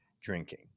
drinking